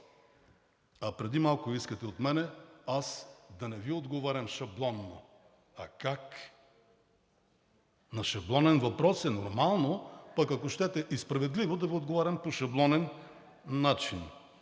а преди малко искахте от мен аз да не Ви отговарям шаблонно. А как? На шаблонен въпрос е нормално, пък ако щете и справедливо, да Ви отговарям по шаблонен начин.